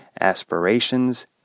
aspirations